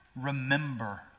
remember